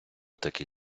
такий